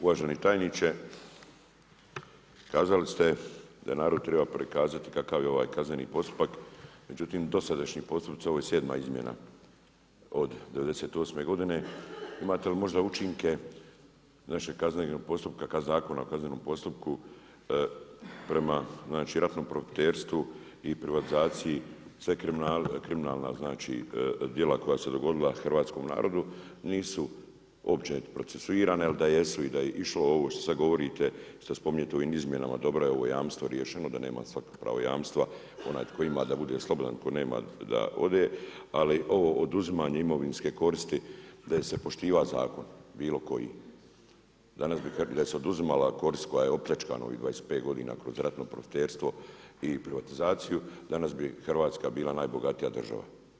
Uvaženi tajniče, kazali ste da narodu treba prikazati kakav je ovaj kazneni postupak, međutim dosadašnji postupci, ovo je 7 izmjena od 98' godine imate li možda učinke našeg kaznenog postupka, ka Zakonu o kaznenom postupku prema ratnom profiterstvu i privatizaciji sve kriminalna djela koja su se dogodila hrvatskome narodu nisu uopće ni procesuirane jel da jesu i da je išlo ovo što sada govorite, što sada spominjete u izmjenama dobro je ovo jamstvo riješeno da nema svako pravo jamstva, onaj tko ima da bude sloboda, tko nema da ode, ali ovo oduzimanje imovinske koristi da je se poštivao zakon bilo koji danas bi se oduzimala korist koja je opljačkana u ovih 25 godina kroz ratno profiterstvo i privatizaciju, danas bi Hrvatska bila najbogatija država.